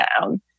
down